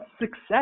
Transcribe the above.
success